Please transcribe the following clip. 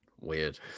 Weird